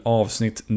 avsnitt